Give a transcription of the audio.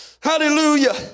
hallelujah